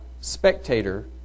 spectator